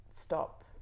stop